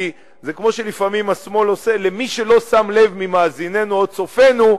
כי זה כמו שלפעמים השמאל עושה: למי שלא שם לב ממאזינינו או צופינו,